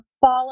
follow